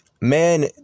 man